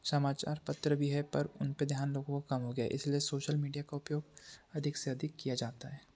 समाचार पत्र भी है पर उन पर ध्यान लोगों का कम हो गया इसलिए सोशल मीडिया का उपयोग अधिक से अधिक किया जाता है